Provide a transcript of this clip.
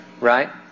right